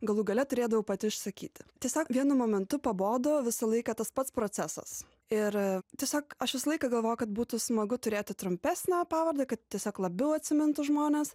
galų gale turėdavau pati išsakyti tiesiog vienu momentu pabodo visą laiką tas pats procesas ir tiesiog aš visą laiką galvojau kad būtų smagu turėti trumpesnę pavardę kad tiesiog labiau atsimintų žmonės